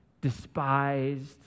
despised